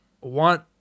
want